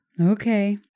Okay